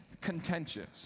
contentious